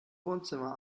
wohnzimmer